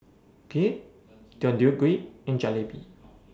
Kheer Deodeok Gui and Jalebi